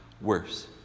worse